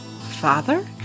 father